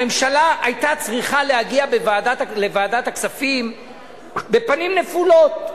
הממשלה היתה צריכה להגיע לוועדת הכספים בפנים נפולות,